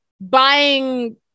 buying